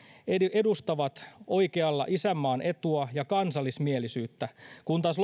edustavat oikealla isänmaan etua ja kansallismielisyyttä kun taas